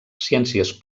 ciències